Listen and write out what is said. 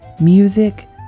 music